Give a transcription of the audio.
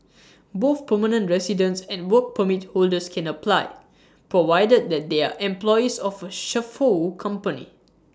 both permanent residents and Work Permit holders can apply provided that they are employees of A chauffeur company